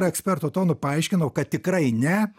eksperto tonu paaiškinau kad tikrai ne